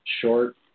short